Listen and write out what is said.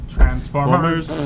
Transformers